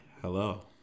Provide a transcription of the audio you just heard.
hello